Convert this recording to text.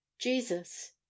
jesus